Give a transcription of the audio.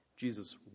Jesus